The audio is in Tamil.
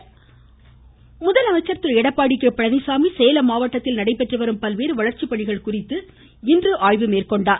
முதலமைச்சர் சேலம் முதலமைச்சர் திரு எடப்பாடி கே பழனிச்சாமி சேலம் மாவட்டத்தில் நடைபெற்றுவரும் பல்வேறு வளர்ச்சி பணிகள் குறித்து இன்று மேற்கொண்டார்